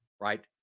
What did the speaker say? right